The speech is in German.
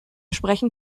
sprechen